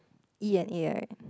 E and A right